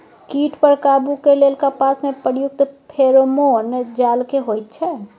कीट पर काबू के लेल कपास में प्रयुक्त फेरोमोन जाल की होयत छै?